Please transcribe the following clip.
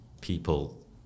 people